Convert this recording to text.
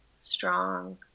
strong